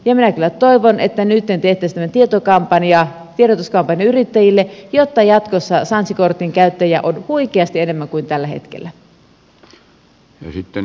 minä kyllä toivon että nyt tehtäisiin tällainen tiedotuskampanja yrittäjille jotta jatkossa sanssi kortin käyttäjiä on huikeasti enemmän kuin tällä hetkellä